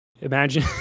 imagine